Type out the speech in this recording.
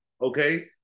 okay